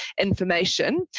information